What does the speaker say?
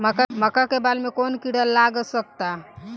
मका के बाल में कवन किड़ा लाग सकता?